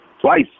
twice